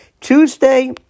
Tuesday